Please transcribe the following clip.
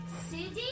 City